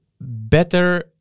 better